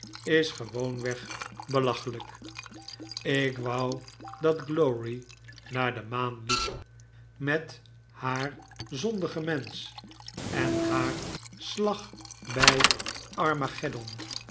is gewoonweg belachelijk ik wou dat glowry naar de maan liep met haar zondige mensch en haar slag bij